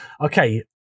Okay